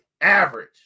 Average